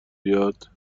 بیاد